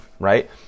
right